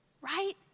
right